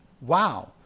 wow